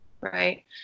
right